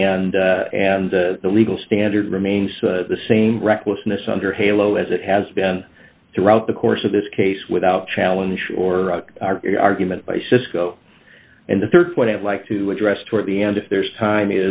and and the legal standard remains the same recklessness under halo as it has been throughout the course of this case without challenge or argument by cisco and the rd point i'd like to address toward the end if there's time